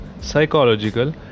psychological